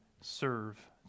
serve